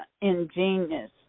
ingenious